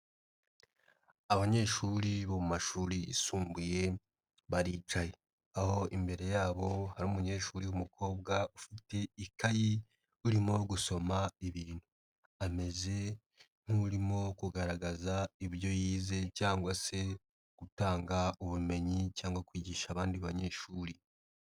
Abanyeshuri bo mu mashuri yisumbuye baricaye aho imbere yabo hari umunyeshuri w'umukobwa ufite ikayi urimo gusoma ibintu, ameze nk'urimo kugaragaza ibyo yize cyangwa se gutanga ubumenyi cyangwa kwigisha abandi banyeshuri.